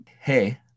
hey